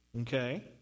okay